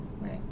right